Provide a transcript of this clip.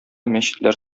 мәчетләр